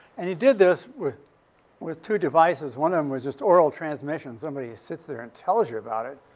and you did this with two devices. one of them was just oral transmission somebody sits there and tells you about it.